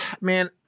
Man